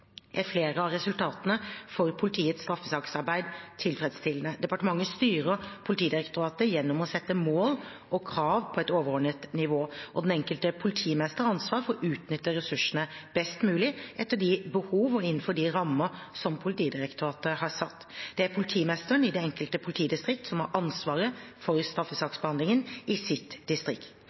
er flere av resultatene for politiets straffesaksarbeid tilfredsstillende. Departementet styrer Politidirektoratet gjennom å sette mål og krav på et overordnet nivå. Den enkelte politimester har ansvar for å utnytte ressursene best mulig etter de behov og innenfor de rammer som Politidirektoratet har satt. Det er politimesteren i det enkelte politidistrikt som har ansvaret for straffesaksbehandlingen i sitt distrikt.